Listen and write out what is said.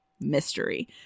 mystery